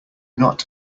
not